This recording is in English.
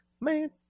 man